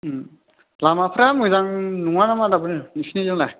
लामाफ्रा मोजां नङा नामा दाबोनो नोंसिनि जोंलाय